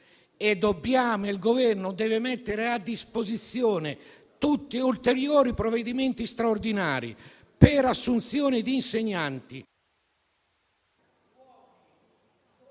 Il Governo deve mettere a disposizione ulteriori provvedimenti straordinari per l'assunzione di insegnanti